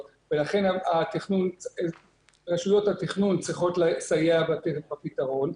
ולכן רשויות התכנון צריכות לסייע בפתרון.